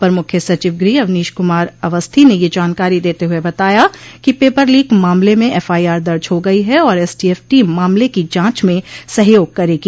अपर मुख्य सचिव गृह अवनीश कुमार अवस्थी ने यह जानकारी देते हुए बताया कि पेपर लीक मामले में एफआईआर दर्ज हो गई है और एसटीएफ टीम मामले की जांच में सहयोग करेगी